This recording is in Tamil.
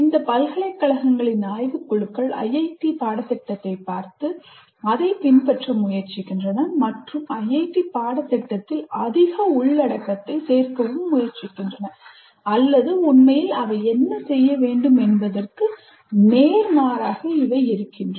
இந்த பல்கலைக்கழகங்களின் ஆய்வுக் குழுக்கள் IIT பாடத்திட்டத்தைப் பார்த்து அதைப் பின்பற்ற முயற்சிக்கின்றன மற்றும் IIT பாடத்திட்டத்தில் அதிக உள்ளடக்கத்தைச் சேர்க்க முயற்சிக்கின்றன அல்லது உண்மையில் அவை என்ன செய்ய வேண்டும் என்பதற்கு இவை நேர்மாறாக இருக்கின்றன